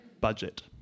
budget